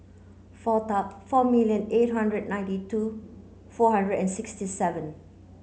four four million eight hundred ninety two four hundred and sixty seven